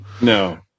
No